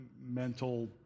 mental